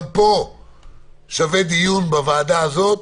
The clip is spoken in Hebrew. גם פה שווה לערוך דיון בוועדה הזאת.